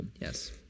yes